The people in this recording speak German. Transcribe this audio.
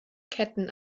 ketten